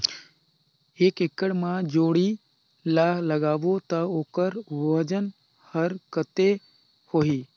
एक एकड़ मा जोणी ला लगाबो ता ओकर वजन हर कते होही?